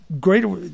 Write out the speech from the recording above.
greater